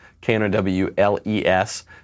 K-N-O-W-L-E-S